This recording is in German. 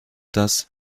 das